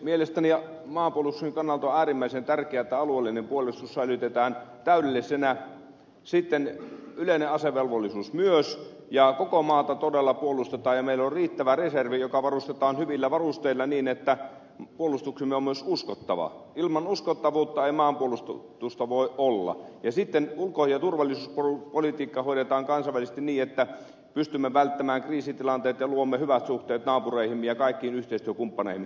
mielestäni maanpuolustuksen kannalta on äärimmäisen tärkeää että alueellinen puolustus säilytetään täydellisenä ja yleinen asevelvollisuus myös että koko maata todella puolustetaan ja meillä on riittävä reservi joka varustetaan hyvillä varusteilla niin että puolustuksemme on myös uskottava ilman uskottavuutta ei maanpuolustusta voi olla ja ulko ja turvallisuuspolitiikka hoidetaan kansainvälisesti niin että pystymme välttämään kriisitilanteet ja luomme hyvät suhteet naapureihimme ja kaikkiin yhteistyökumppaneihimme